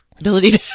Ability